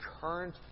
current